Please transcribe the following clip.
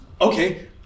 Okay